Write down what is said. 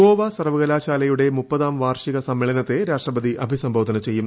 ഗോവ സർവ്വകലാശാലയുടെ മുപ്പതാം വാർഷിക സമ്മേളനത്തെ രാഷ്ട്രപതി അഭിസംബോധന ചെയ്യും